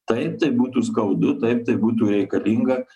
taip tai būtų skaudu taip tai būtų reikalinga